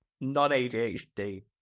non-ADHD